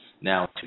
Now